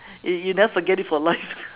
you you never forget it for life